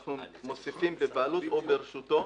אנחנו מוסיפים: "בבעלות או ברשותו".